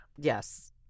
Yes